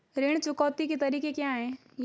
ऋण चुकौती के तरीके क्या हैं?